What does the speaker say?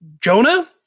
Jonah